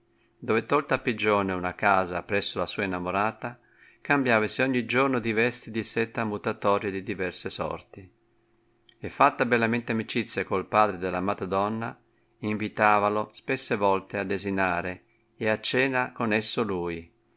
dove tolta a pigione una casa presso la sua innamorata cambiavasi ogni giorno di vesti di seta mutatorie di diverse sorti e fatta bellamente amicizia col padre dell'amata donna invitavalo spesse volte a desinare e a cena con esso lui